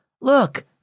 Look